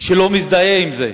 שלא מזדהה עם זה,